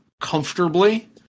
comfortably